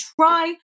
try